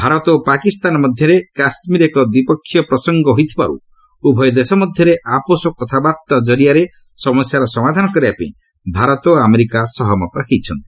ଭାରତ ଓ ପାକିସ୍ତାନ ମଧ୍ୟରେ କାଶ୍ମୀର ଏକ ଦ୍ୱିପକ୍ଷ ପ୍ରସଙ୍ଗ ହୋଇଥିବାରୁ ଉଭୟ ଦେଶ ମଧ୍ୟରେ ଆପୋଷ କଥାବାର୍ତ୍ତା ଜରିଆରେ ସମସ୍ୟାର ସମାଧାନ କରିବା ପାଇଁ ଭାରତ ଓ ଆମେରିକା ସହମତ ହୋଇଛନ୍ତି